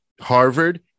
Harvard